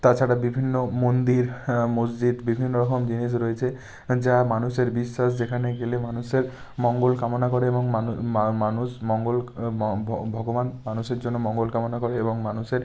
তাছাড়া বিভিন্ন মন্দির মসজিদ বিভিন্ন রকম জিনিস রয়েছে যা মানুষের বিশ্বাস যেখানে গেলে মানুষের মঙ্গল কামনা করে এবং মানুষ মঙ্গল ভগবান মানুষের জন্য মঙ্গল কামনা করে এবং মানুষের